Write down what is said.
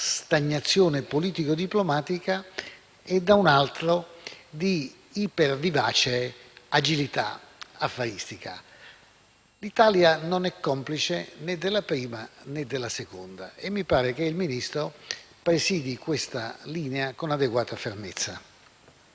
stagnazione politico-diplomatica e, dall'altro, di ipervivace agilità affaristica. L'Italia non è complice né della prima, né della seconda e mi pare che il Ministro presidi questa linea con adeguata fermezza.